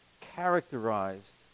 characterized